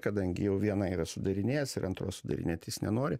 kadangi jau vieną yra sudarinėjęs ir antros sudarinėti jis nenori